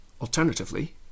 Alternatively